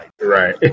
Right